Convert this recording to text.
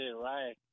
Right